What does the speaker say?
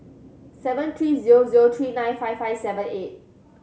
seven three zero zero three nine five five seven eight